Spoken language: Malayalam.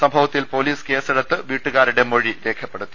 സംഭവത്തിൽ പോലീസ് കേസെടുത്ത് വീട്ടുകാരുടെ മൊഴിരേഖപ്പെടുത്തി